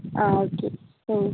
ആ ഓക്കെ